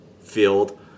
field